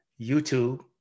YouTube